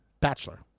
Bachelor